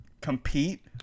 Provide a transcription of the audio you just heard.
compete